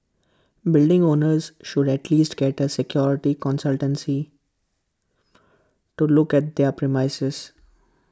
building owners should at least get A security consultancy to look at their premises